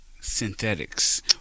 Synthetics